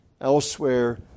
elsewhere